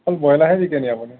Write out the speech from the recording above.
অকল ব্ৰইলাৰহে বিকেনি আপুনি